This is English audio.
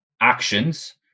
actions